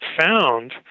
found